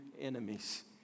enemies